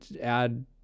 add